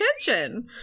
attention